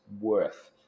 worth